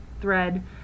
thread